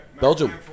Belgium